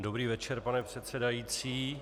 Dobrý večer, pane předsedající.